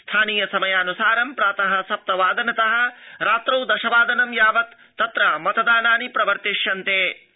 स्थानीय समयानुसारं प्रात सप्तवादनत रात्रौ दशवादनं यावत् तत्र मतदानानि अनुष्ठास्यन्ते